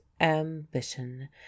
ambition